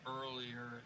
earlier